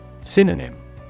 Synonym